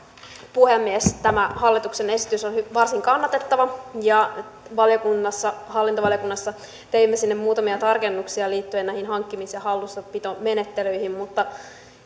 puhemies tämä hallituksen esitys on varsin kannatettava ja hallintovaliokunnassa teimme siihen muutamia tarkennuksia liittyen näihin hankkimis ja hallussapitomenettelyihin mutta